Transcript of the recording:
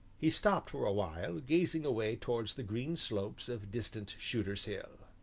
he stopped for a while, gazing away towards the green slopes of distant shooter's hill.